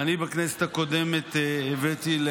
בכנסת הקודמת אני הבאתי,